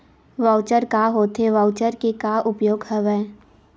Voucher का होथे voucher के का उपयोग हवय?